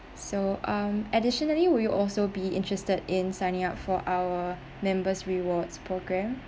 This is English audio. so um additionally will you also be interested in signing up for our members rewards programme